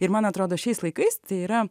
ir man atrodo šiais laikais tai yra